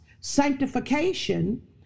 Sanctification